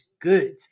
good